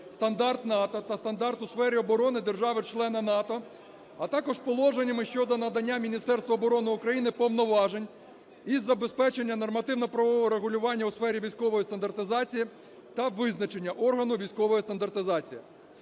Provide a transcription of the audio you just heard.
"стандарт НАТО" та "стандарт у сфері оборони держави-члена НАТО", - а також положеннями щодо надання Міністерству оборони України повноважень із забезпечення нормативно-правового регулювання у сфері військової стандартизації та визначення органу військової стандартизації.